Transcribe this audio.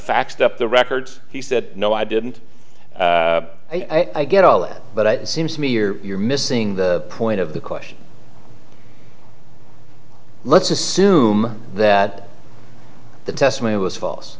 faxed up the records he said no i didn't i get all that but it seems to me you're you're missing the point of the question let's assume that the testimony was false